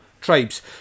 tribes